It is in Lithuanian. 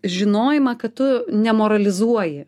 žinojimą kad tu nemoralizuoji